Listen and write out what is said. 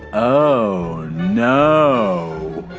oh no!